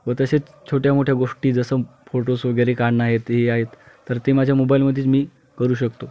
व तशे च छोट्या मोठ्या गोष्टी जसं फोटोस वगैरे काढणं आहेत हे आहेत तर ते माझ्या मोबाईलमध्ये मी करू शकतो